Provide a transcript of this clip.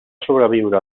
sobreviure